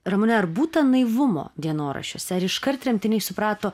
ramune ar būta naivumo dienoraščiuose ar iškart tremtiniai suprato